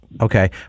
Okay